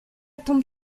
tombe